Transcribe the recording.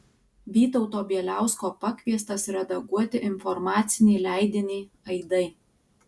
vytauto bieliausko pakviestas redaguoti informacinį leidinį aidai